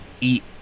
eat